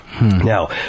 Now